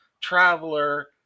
Traveler